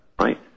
right